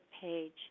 page